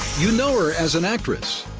you know her as an actress.